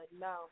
no